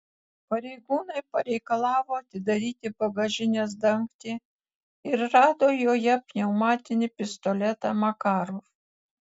pareigūnai pareikalavo atidaryti bagažinės dangtį ir rado joje pneumatinį pistoletą makarov